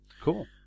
Cool